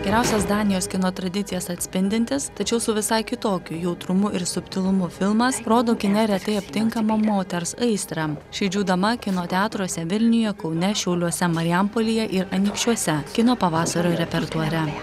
geriausias danijos kino tradicijas atspindintis tačiau su visai kitokiu jautrumu ir subtilumu filmas rodo kine neretai aptinkamą moters aistrą širdžių dama kino teatruose vilniuje kaune šiauliuose marijampolėje ir anykščiuose kino pavasario repertuare